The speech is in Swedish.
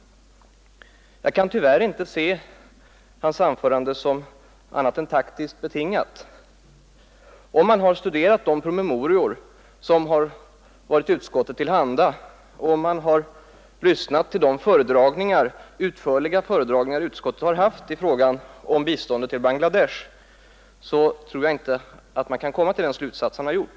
Jag kan tyvärr inte se herr Dahléns anförande som annat än taktiskt betingat. Om han har studerat de promemorior som varit utskottet till handa och om han har lyssnat till de utförliga föredragningar utskottet har haft i frågan om biståndet till Bangladesh, tror jag inte att han kan komma till den slutsats han gjorde.